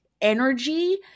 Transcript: energy